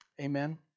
Amen